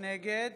נגד